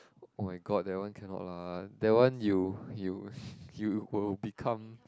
oh-my-god that one cannot lah that one you you you will become